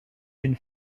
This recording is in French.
d’une